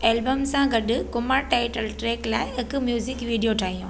album सां गॾु Kumar title track लाइ हिकु म्यूज़िक वीडियो ठाहियो